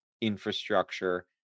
infrastructure